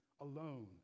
alone